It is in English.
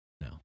no